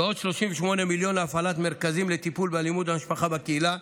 עוד 38 מיליון שקל להפעלת מרכזים לטיפול באלימות במשפחה בקהילה,